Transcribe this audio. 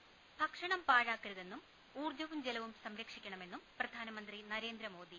M ഭക്ഷണം പാഴാക്കരുതെന്നും ഉൌർജ്ജവും ജലവും സംരക്ഷിക്കണമെന്നും പ്രധാനമന്ത്രി നരേന്ദ്രമോദി